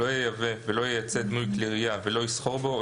לא ייבא ולא ייצא דמוי כלי ירייה ולא יסחור בו או